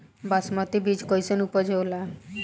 बासमती बीज कईसन उपज होला?